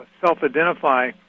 self-identify